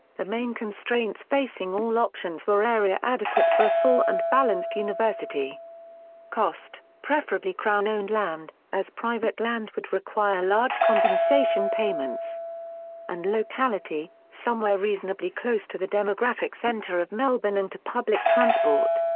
the main constraints facing all options were area adequate for a full and balanced university cost preferably crown owned land, as private land would require large compensation payments and locality somewhere reasonably close to the demographic centre of melbourne and to public transport.